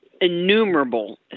innumerable